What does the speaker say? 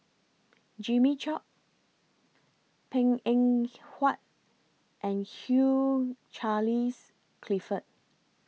Jimmy Chok Png Eng Huat and Hugh Charles Clifford